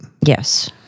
Yes